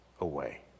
away